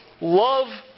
love